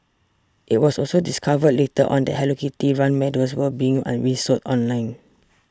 it was also discovered later on that Hello Kitty run medals were being resold online